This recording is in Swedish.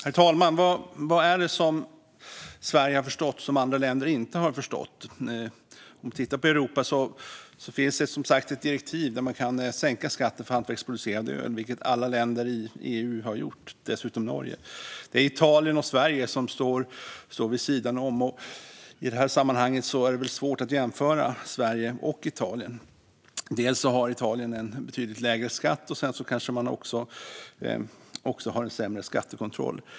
Herr talman! Vad är det Sverige har förstått som andra länder inte har förstått? Om vi tittar på Europa ser vi att det finns ett direktiv där det sägs man kan sänka skatten på hantverksproducerad öl, vilket nästan alla länder i EU och dessutom Norge har gjort. Det är Italien och Sverige som står vid sidan om. I det här sammanhanget är det väl svårt att jämföra Sverige och Italien. Italien har en betydligt lägre skatt, och sedan kanske man också har en sämre skattekontroll.